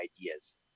ideas